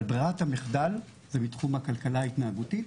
אבל ברירת המחדל, זה מתחום הכלכלה ההתנהגותית,